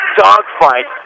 dogfight